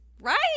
Right